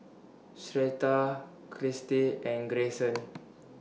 Sherita Kirstie and Grayson